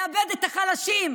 לאבד את החלשים,